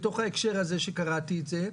בתוך ההקשר הזה כשקראתי את זה,